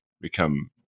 become